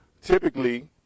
typically